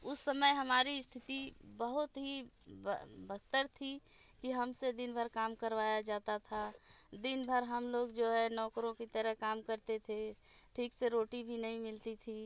उस समय हमारी स्थिति बहुत ही बद बदतर थी कि हम से दिन भर काम करवाया जाता था दिन भर हम लोग जो है नौकरों की तरह काम करते थे ठीक से रोटी भी नहीं मिलती थी